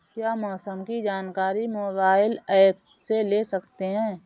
क्या मौसम की जानकारी मोबाइल ऐप से ले सकते हैं?